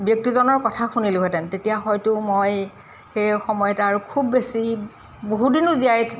ব্যক্তিজনৰ কথা শুনিলোহেঁতেন তেতিয়া হয়টো মই সেই সময়ত আৰু খুব বেছি বহুদিনো জীয়াই